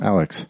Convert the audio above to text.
Alex